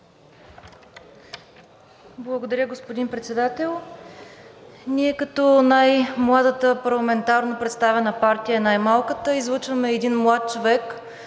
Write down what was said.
Благодаря, господин Председател. Ние като най-младата парламентарно представена партия и най-малката излъчваме един млад човек,